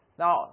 Now